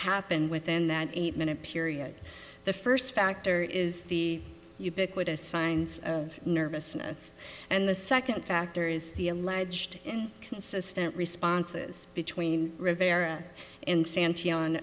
happened within that eight minute period the first factor is the ubiquitous signs of nervousness and the second factor is the alleged and consistent responses between rivera in sant